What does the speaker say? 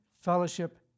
fellowship